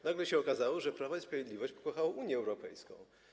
Nagle się okazało, że Prawo i Sprawiedliwość pokochało Unię Europejską.